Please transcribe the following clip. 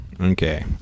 Okay